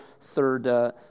third